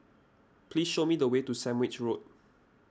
please show me the way to Sandwich Road